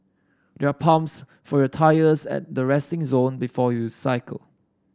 there are pumps for your tyres at the resting zone before you cycle